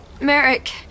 Merrick